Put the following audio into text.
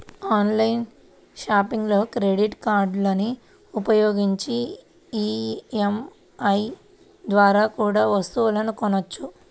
online షాపింగ్లో credit కార్డులని ఉపయోగించి ఈ.ఎం.ఐ ద్వారా కూడా వస్తువులను కొనొచ్చు